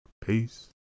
Peace